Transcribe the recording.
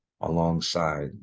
alongside